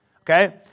Okay